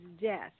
death